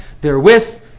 therewith